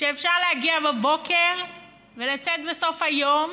שאפשר להגיע בבוקר ולצאת בסוף היום